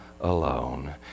alone